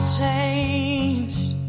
changed